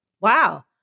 Wow